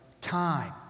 time